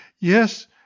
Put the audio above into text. Yes